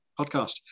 podcast